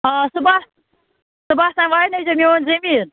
آ صُبحَس صُبحَس تام واینٲیزیو میون زٔمیٖن